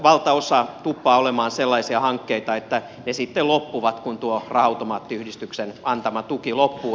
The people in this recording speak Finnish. valtaosa tuppaa olemaan sellaisia hankkeita että ne sitten loppuvat kun tuo raha automaattiyhdistyksen antama tuki loppuu